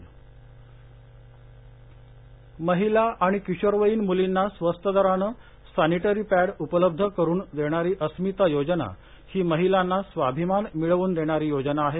अस्मिता योजनां महिला आणि किशोरवयीन मुलींना स्वस्त दरात सॅनिटरी पॅड उपलब्ध करुन देणारी अस्मिता योजना ही महिलांना स्वाभिमान मिळवून देणारी योजना आहे